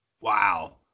Wow